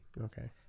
okay